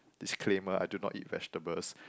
disclaimer I do not eat vegetables